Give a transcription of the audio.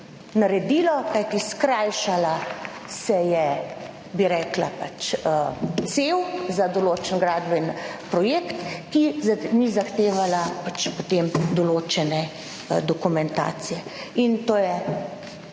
naredilo, kajti skrajšala se je, bi rekla, pač cev za določen gradbeni projekt, ki ni zahtevala pač potem določene dokumentacije. To je